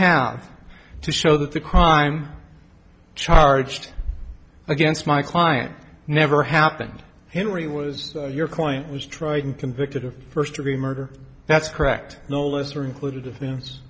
have to show that the crime charged against my client never happened and where he was your client was tried and convicted of first degree murder that's correct no lesser included offen